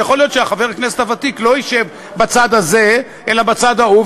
ויכול להיות שחבר הכנסת הוותיק לא ישב בצד הזה אלא בצד ההוא,